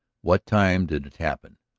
what time did it happen?